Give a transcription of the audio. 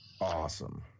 Awesome